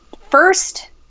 first